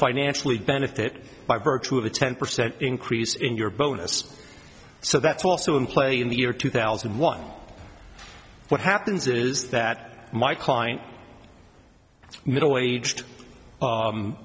financially benefit by virtue of a ten percent increase in your bonus so that's also in play in the year two thousand and one what happens is that my client middle aged